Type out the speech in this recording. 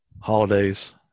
holidays